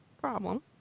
problem